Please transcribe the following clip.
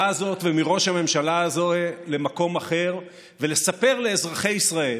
הזאת ומראש הממשלה הזה למקום אחר ולספר לאזרחי ישראל